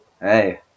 Hey